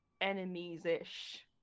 enemies-ish